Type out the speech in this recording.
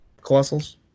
Colossals